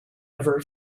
ever